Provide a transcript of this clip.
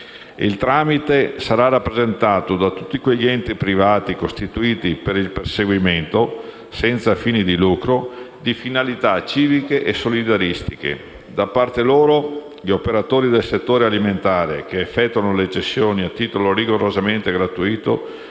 Il tramite sarà rappresentato da tutti quegli enti privati costituiti per il perseguimento, senza fini di lucro, di finalità civiche e solidaristiche. Da parte loro, gli operatori del settore alimentare, che effettuano le cessioni a titolo rigorosamente gratuito,